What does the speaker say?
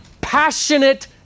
passionate